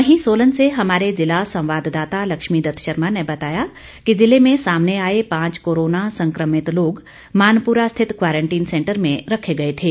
वहीं सोलन से हमारे जिला संवाद्दाता लक्ष्मीदत्त शर्मा ने बताया कि जिले में सामने आए पांच कोरोना संक्रमित लोग मानपुरा स्थित क्वारंटीन सेंटर में रखे गए थे